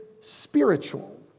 spiritual